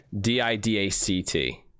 d-i-d-a-c-t